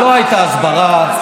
לא הייתה הסברה,